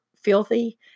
filthy